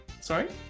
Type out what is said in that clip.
sorry